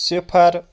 صِفر